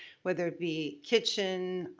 whether it be kitchen,